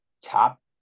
top